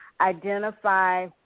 identify